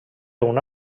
una